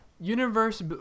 Universe